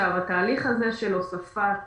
התהליך הזה של הוספת